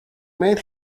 made